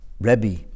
Rebbe